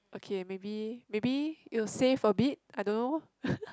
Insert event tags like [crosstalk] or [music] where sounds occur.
okay maybe maybe it will save a bit I don't know [laughs]